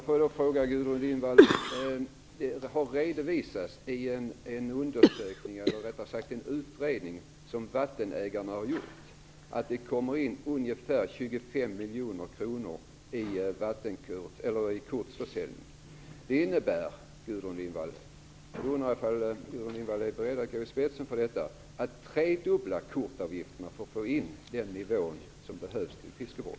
Fru talman! Det har redovisats i en utredning som vattenägarna har gjort att det kommer in ungefär 25 miljoner kronor från kortförsäljning. Det innebär, Gudrun Lindvall, - och jag undrar om Gudrun Lindvall är beredd att gå i spetsen för detta - att man måste tredubbla kortavgifterna för att få in den nivå som behövs till fiskevård.